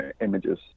images